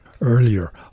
Earlier